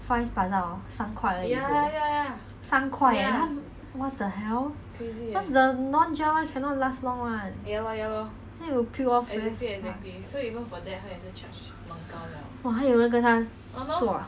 far east plaza orh 三块而已 though 三块 eh what the hell cause the non-gel [one] cannot last long [one] like that will peel off very fast !wah! 还有人跟她做 ah